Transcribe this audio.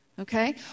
Okay